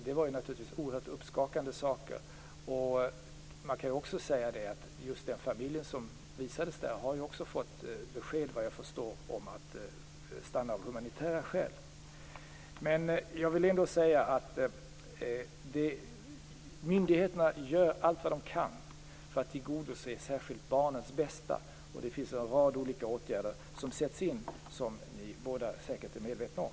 Det var naturligtvis oerhört uppskakande att se detta, och just den familj som visades där har såvitt jag förstår fått besked om att få stanna av humanitära skäl. Jag vill säga att myndigheterna gör allt vad de kan särskilt för att tillgodose barnens bästa. Det sätts in en rad olika åtgärder, som ni båda säkerligen är medvetna om.